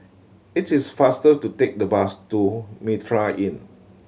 it is faster to take the bus to Mitraa Inn